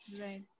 Right